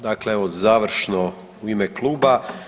Dakle, evo završno u ime kluba.